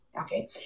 Okay